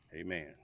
Amen